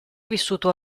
vissuto